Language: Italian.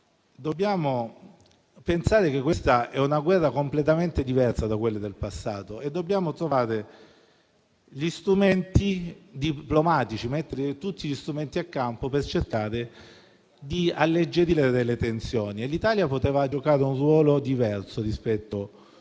Dobbiamo pensare che questa è una guerra completamente diversa da quelle del passato, dobbiamo trovare gli strumenti diplomatici e metterli tutti in campo per cercare di alleggerire le tensioni. L'Italia poteva giocare un ruolo diverso rispetto